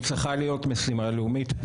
זו צריכה להיות משימה לאומית.